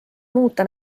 muuta